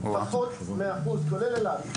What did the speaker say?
פחות מאחוז כולל אילת,